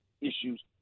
issues